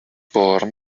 born